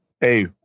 Hey